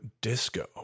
disco